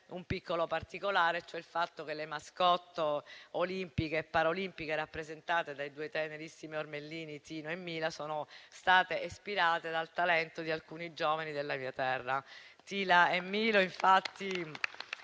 un piccolo particolare, cioè il fatto che le *mascotte* olimpiche e paraolimpiche, rappresentate dai due tenerissimi ermellini, Tina e Milo, sono state ispirate dal talento di alcuni giovani della mia terra. Tina e Milo, infatti,